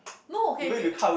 no K K